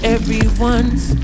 Everyone's